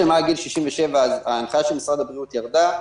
לגבי עובדים בני 67 ויותר ההנחיה של משרד הבריאות ירדה.